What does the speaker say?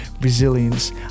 resilience